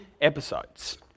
episodes